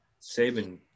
Saban